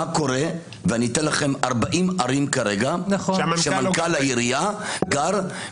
אתן לך 40 ערים כרגע שמנכ"ל העירייה גר בעיר.